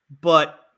But-